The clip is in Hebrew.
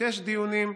לבקש דיונים,